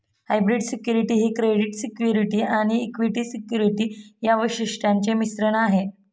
hybrid security ही credit security आणि equity security या वैशिष्ट्यांचे मिश्रण आहे